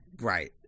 Right